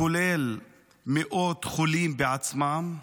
כולל מאות חולים בעצמם.